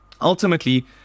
ultimately